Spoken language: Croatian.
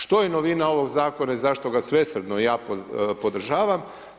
Što je novina ovog Zakona i zašto ga svesrdno ja podržavam?